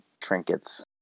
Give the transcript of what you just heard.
trinkets